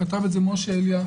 כתב את זה משה כהן-אליה,